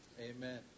Amen